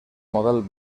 model